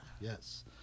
Yes